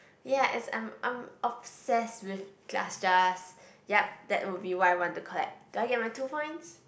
ya as I'm I'm obsess with glass jars yep that would be why I want to collect do I get my two points